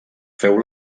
féu